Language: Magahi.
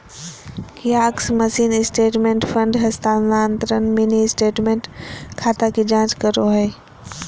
कियाक्स मशीन स्टेटमेंट, फंड हस्तानान्तरण, मिनी स्टेटमेंट, खाता की जांच करो हइ